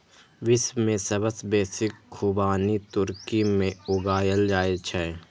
विश्व मे सबसं बेसी खुबानी तुर्की मे उगायल जाए छै